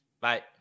Bye